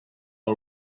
her